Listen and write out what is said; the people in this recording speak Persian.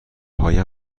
هایم